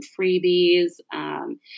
freebies